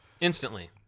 Instantly